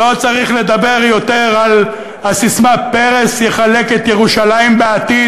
לא צריך לדבר יותר על הססמה "פרס יחלק את ירושלים" בעתיד,